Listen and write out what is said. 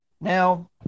Now